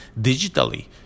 digitally